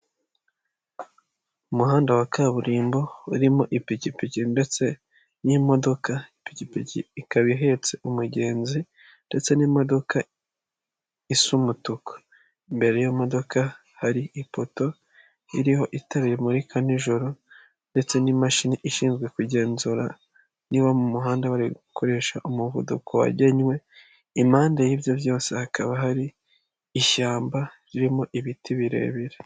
Umuhanda wa kaburimbo urimo ipikipiki ndetse n'imodoka, ipikipiki ikaba ihetse umugenzi ndetse n'imodoka isa umutuku. Imbere y'iyo modoka hari ipoto iriho itara rimurika nijoro ndetse n'imashini ishinzwe kugenzura niba mu muhanda bari gukoresha umuvuduko wagenwe, impande y'ibyo byose hakaba hari ishyamba ririmo ibiti birebire.